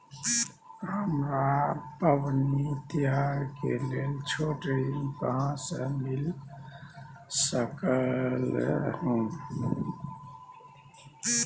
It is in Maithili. हमरा पबनी तिहार के लेल छोट ऋण कहाँ से मिल सकलय हन?